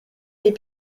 les